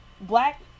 Black